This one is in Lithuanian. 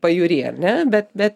pajūry ar ne bet bet